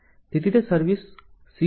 તેથી તે સર્વિસ સીસ્ટમનો ઉપયોગ છે